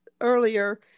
earlier